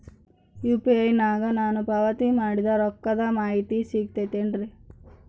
UPI ನಾಗ ನಾನು ಪಾವತಿ ಮಾಡಿದ ರೊಕ್ಕದ ಮಾಹಿತಿ ಸಿಗುತೈತೇನ್ರಿ?